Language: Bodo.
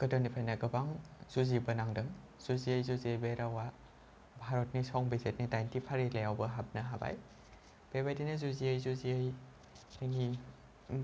गोदोनिफ्रायनो गोबां जुजिबोनांदों जुजियै जुजियै बे रावा भारतनि संबिजितनि दाइनथि फारिलायावबो हाबनो हाबाय बे बायदिनो जुजियै जुजियै जोंनि